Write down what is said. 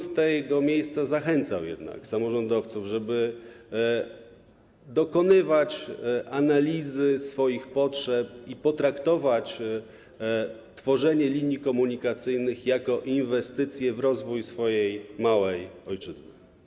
Z tego miejsca zachęcałbym jednak samorządowców, żeby dokonywali analizy swoich potrzeb i potraktowali tworzenie linii komunikacyjnych jako inwestycję w rozwój swojej małej ojczyzny.